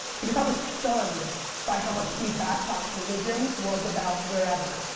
because i was stunned by how much steve babcock's religion was about wherever.